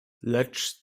lecz